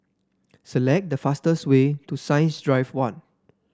select the fastest way to Science Drive One